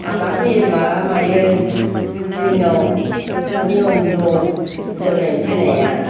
माला फैयो माला मायो जोंनाव नियम दं हिन्जाव नायनो फैनाया